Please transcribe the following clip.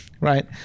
right